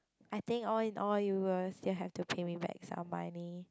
I think all in all you were still have to pay me back some money